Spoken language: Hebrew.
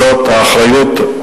זאת האחריות,